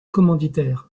commanditaires